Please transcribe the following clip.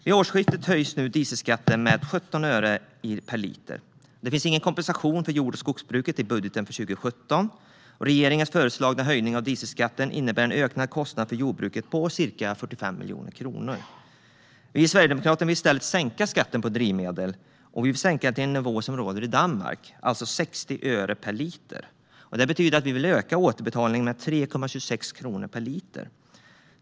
Vid årsskiftet höjs dieselskatten med 17 öre per liter. Det finns ingen kompensation för jord och skogsbruket i budgeten för 2017. Regeringens föreslagna höjning av dieselskatten innebär en ökad kostnad för jordbruket på ca 45 miljoner kronor. Vi i Sverigedemokraterna vill i stället sänka skatten på drivmedel. Vi vill sänka den till den nivå som råder i Danmark, alltså 60 öre per liter. Det betyder att vi vill öka återbetalningen med 3,26 kronor per liter.